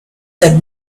said